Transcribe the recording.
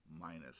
minus